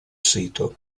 sito